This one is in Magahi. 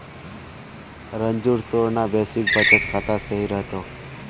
रंजूर तोर ना बेसिक बचत खाता सही रह तोक